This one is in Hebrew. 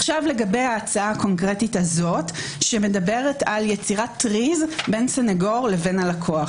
לגבי ההצעה הקונקרטית הזאת שמדברת על יצירת טריז בין סנגור ללקוח.